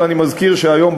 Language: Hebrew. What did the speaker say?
ואני מזכיר שהיום,